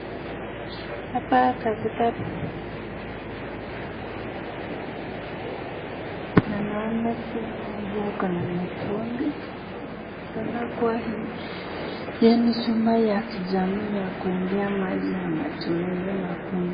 Hapa katika picha naiona kila mmoja ako na mtungi, inaonekana kuwa hii ni chumba ya kijamii ya kuendea maji ya matumizi na kwenye...